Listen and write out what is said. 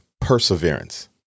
perseverance